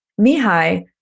Mihai